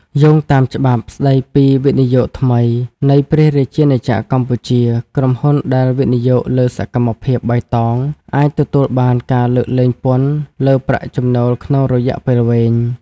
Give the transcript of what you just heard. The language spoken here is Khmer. យោងតាមច្បាប់ស្ដីពីវិនិយោគថ្មីនៃព្រះរាជាណាចក្រកម្ពុជា ក្រុមហ៊ុនដែលវិនិយោគលើសកម្មភាពបៃតងអាចទទួលបានការលើកលែងពន្ធលើប្រាក់ចំណូលក្នុងរយៈពេលវែង។